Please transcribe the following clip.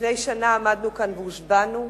לפני שנה עמדנו כאן והושבענו,